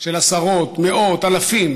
של עשרות, מאות, אלפים